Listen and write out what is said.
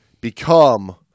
become